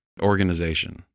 Organization